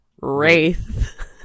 wraith